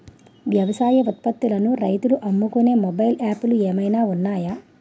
వ్యవసాయ ఉత్పత్తులను రైతులు అమ్ముకునే మొబైల్ యాప్ లు ఏమైనా ఉన్నాయా?